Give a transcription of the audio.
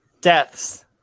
deaths